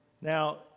Now